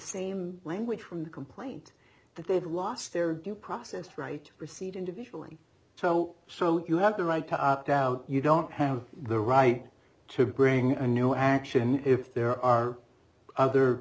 same language from the complaint that they've lost their due process rights receipt individual and so so you have the right to opt out you don't have the right to bring a new action if there are other